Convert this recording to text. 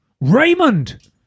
Raymond